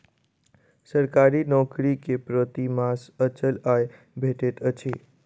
सरकारी नौकर के प्रति मास अचल आय भेटैत अछि